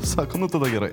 sako nu tada gerai